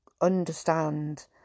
understand